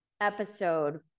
episode